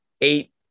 eight